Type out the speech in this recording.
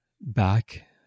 back